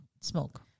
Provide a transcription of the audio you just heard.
smoke